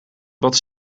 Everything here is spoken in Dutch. wat